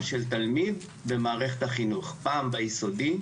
של תלמיד במערכת החינוך פעם ביסודי,